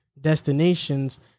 destinations